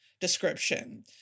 description